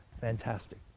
fantastic